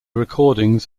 recordings